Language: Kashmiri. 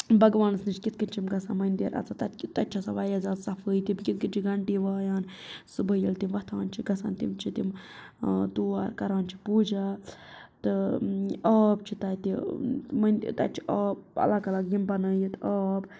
بگوانَس نِش کِتھ کٔنۍ چھِ یِم گژھان مٔندِر اَژان تَتہِ تَتہِ چھِ آسان واریاہ زیادٕ صفٲیی تِم کِتھ کٔنۍ چھِ گَنٹی وایان صُبحٲے ییٚلہِ تِم وَتھان چھِ گژھان تِم چھِ تِم تور کَران چھِ پوٗجا تہٕ آب چھِ تَتہِ تَتہِ چھِ آب الگ الگ یِم بَنٲیِتھ آب